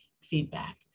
feedback